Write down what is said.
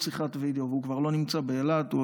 שיחת וידיאו והוא כבר לא נמצא באילת,